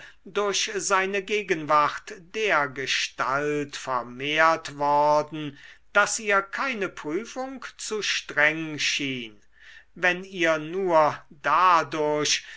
durch seine gegenwart dergestalt vermehrt worden daß ihr keine prüfung zu streng schien wenn ihr nur dadurch